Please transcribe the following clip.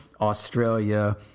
Australia